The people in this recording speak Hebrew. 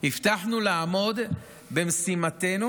הבטחנו לעמוד במשימתנו,